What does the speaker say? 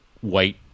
white